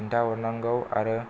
खिन्थाहरनांगौ आरो